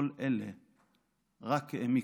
כל אלה רק העמיקו.